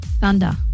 thunder